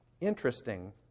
Interesting